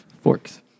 Forks